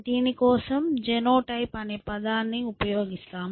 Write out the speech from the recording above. దీని కోసం జెనోటైప్ అనే పదాన్ని ఉపయోగిస్తాము